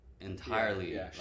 entirely